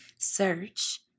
Search